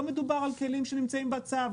לא מדובר על כלים שנמצאים בצו,